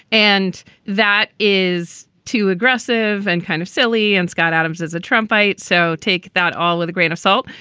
and that is too aggressive and kind of silly. and scott adams is a trump, right? so take that all with a grain of salt.